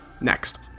Next